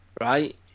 right